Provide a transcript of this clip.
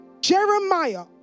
Jeremiah